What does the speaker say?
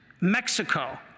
Mexico